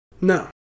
No